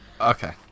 Okay